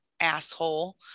asshole